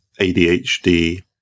ADHD